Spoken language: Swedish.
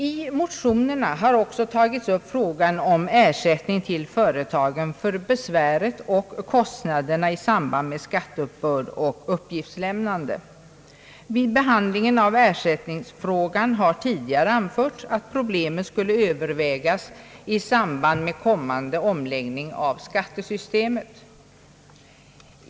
I motionerna har också upptagits frågan om ersättning till företagen för besväret och kostnaderna i samband med skatteuppbörd och uppgiftslämnande. Vid behandlingen av ersättningsfrågan har tidigare anförts att problemet skulle övervägas i samband med kommande omläggning av skattesystemet.